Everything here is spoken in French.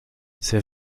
ses